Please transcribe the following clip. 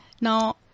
Now